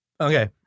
Okay